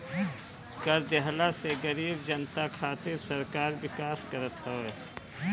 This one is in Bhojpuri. कर देहला से गरीब जनता खातिर सरकार विकास करत हवे